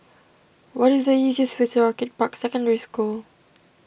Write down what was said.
what is the easiest way to Orchid Park Secondary School